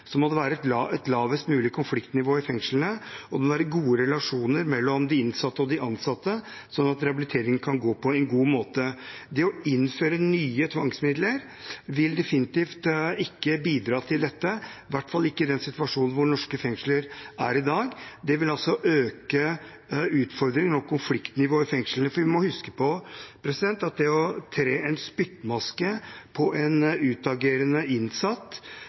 må det være et lavest mulig konfliktnivå i fengslene, og det må være gode relasjoner mellom de innsatte og de ansatte, sånn at rehabiliteringen kan gå på en god måte. Det å innføre nye tvangsmidler vil definitivt ikke bidra til dette, i hvert fall ikke i den situasjonen norske fengsler er i i dag. Det vil øke utfordringen og konfliktnivået i fengslene. Vi må huske på at det å tre en spyttmaske på en utagerende innsatt